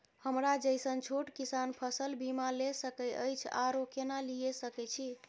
हमरा जैसन छोट किसान फसल बीमा ले सके अछि आरो केना लिए सके छी?